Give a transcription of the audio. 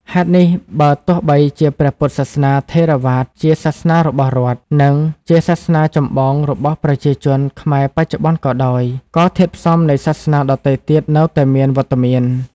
ហេតុនេះបើទោះបីជាព្រះពុទ្ធសាសនាថេរវាទជាសាសនារបស់រដ្ឋ និងជាសាសនាចម្បងរបស់ប្រជាជនខ្មែរបច្ចុប្បន្នក៏ដោយ ក៏ធាតុផ្សំនៃសាសនាដទៃទៀតនៅតែមានវត្តមាន។